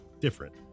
different